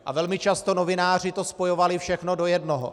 A velmi často novináři to spojovali všechno do jednoho.